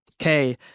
Okay